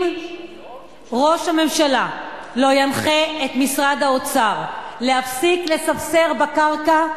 אם ראש הממשלה לא ינחה את משרד האוצר להפסיק לספסר בקרקע,